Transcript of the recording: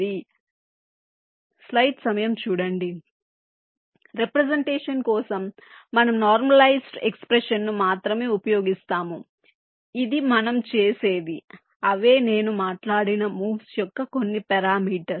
కాబట్టి రెప్రెసెంటేషన్ కోసం మనము నార్మలైజ్డ్ ఎక్స్ప్రెషన్ ను మాత్రమే ఉపయోగిస్తాము ఇదే మనము చేసేది అవే నేను మాట్లాడిన మూవ్స్ యొక్క కొన్ని పారామీటర్స్